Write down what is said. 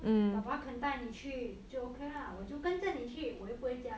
爸爸肯带你去就 okay lah 我就跟着你去我又不会驾车